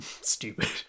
stupid